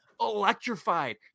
electrified